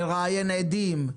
לראיין עדים.